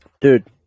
dude